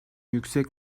yüksek